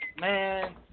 man